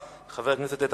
חבר הכנסת זחאלקה.